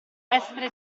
essere